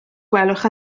gwelwch